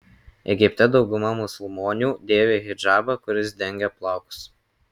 egipte dauguma musulmonių dėvi hidžabą kuris dengia plaukus